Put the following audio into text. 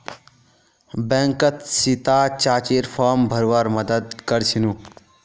बैंकत सीता चाचीर फॉर्म भरवार मदद कर छिनु